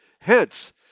Hence